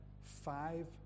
five